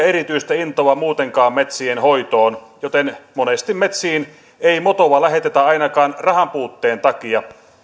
erityistä intoa muutenkaan metsien hoitoon joten monesti metsiin ei motoa lähetetä ainakaan rahanpuutteen takia